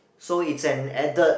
so it's an added